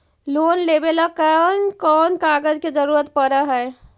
Loan लेबे ल कैन कौन कागज के जरुरत पड़ है?